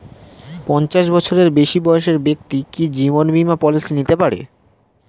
পঞ্চাশ বছরের বেশি বয়সের ব্যক্তি কি জীবন বীমা পলিসি নিতে পারে?